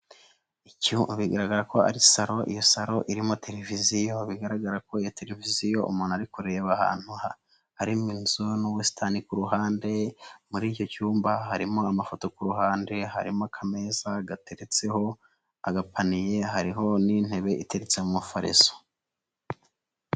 Salon irimo televiziyo bigaragara ko iyo televiziyo umuntu abikoreyeba ahantu hari inzu n'ubusitani ku ruhande muri icyo cyumba harimo amafoto kuruhande harimo akameza gateretseho agapaniye, hariho n'intebe iteretse mu mufariso